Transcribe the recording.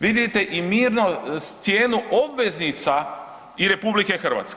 Vidite i mirno, cijenu obveznica i RH.